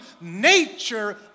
nature